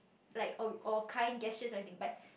like or or kind gestures or anything but